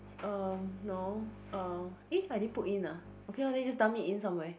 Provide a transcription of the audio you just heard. um no eh I didn't put in ah okay loh then you just dump it in somewhere